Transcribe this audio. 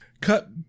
Cut